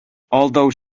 although